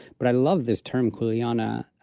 but i love this term, kulyana.